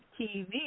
TV